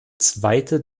zweite